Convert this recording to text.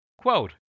quote